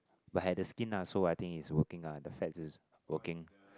but I had the skin ah so I think it's working ah the fats is working